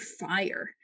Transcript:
fire